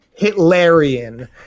Hitlerian